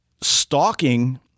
stalking